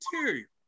material